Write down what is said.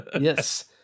Yes